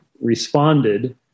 responded